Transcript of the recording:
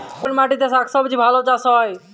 কোন মাটিতে শাকসবজী ভালো চাষ হয়?